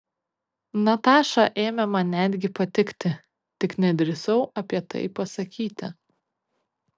nataša ėmė man netgi patikti tik nedrįsau apie tai pasakyti